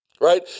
right